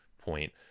point